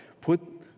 put